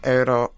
era